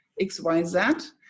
XYZ